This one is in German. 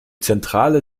zentrale